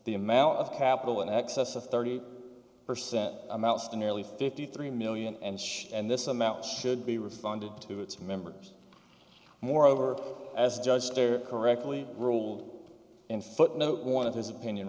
the amount of capital in excess of thirty percent amounts to nearly fifty three million and should and this amount should be refunded to its members moreover as a judge there correctly ruled in footnote one of his opinion